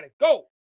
go